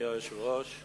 אדוני היושב-ראש,